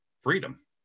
freedom